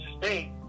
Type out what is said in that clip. state